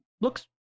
Looks